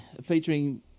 featuring